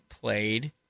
played